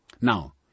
Now